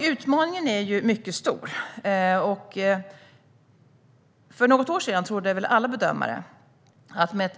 Utmaningen är mycket stor. För något år sedan trodde väl alla bedömare att arbetslösheten i Sverige, med